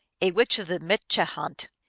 a witch of the mitche-hant,